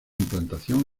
implantación